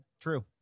True